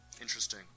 Interesting